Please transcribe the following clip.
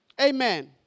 Amen